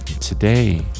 today